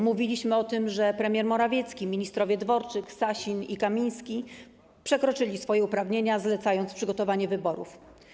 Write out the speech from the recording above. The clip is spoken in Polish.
Mówiliśmy o tym, że premier Morawiecki i ministrowie Dworczyk, Sasin i Kamiński przekroczyli swoje uprawnienia, zlecając przygotowanie wyborów.